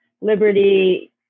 Liberty